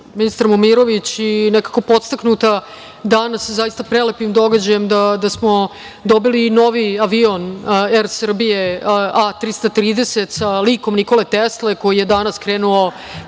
ministar Momirović i nekako podstaknuta danas zaista prelepim događajem da smo dobili i novi avion „Er Srbije“ A330 sa likom Nikole Tesle koji je danas krenuo